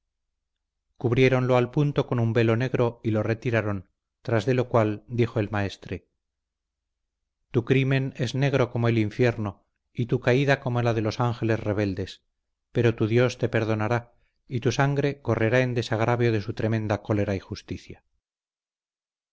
cubriéronlo al punto con un velo negro y lo retiraron tras de lo cual dijo el maestre tu crimen es negro como el infierno y tu caída como la de los ángeles rebeldes pero tu dios te perdonará y tu sangre correrá en desagravio de su tremenda cólera y justicia